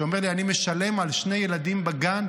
שאומר לי: אני משלם על שני ילדים בגן,